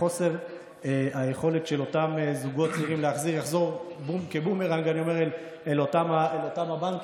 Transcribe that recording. חוסר היכולת של אותם זוגות צעירים להחזיר יחזור כבומרנג אל אותם הבנקים,